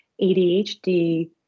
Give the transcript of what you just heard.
ADHD